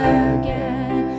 again